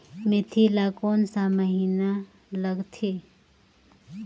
मेंथी ला कोन सा महीन लगथे?